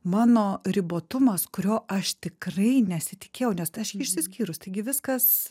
mano ribotumas kurio aš tikrai nesitikėjau nes išsiskyrus taigi viskas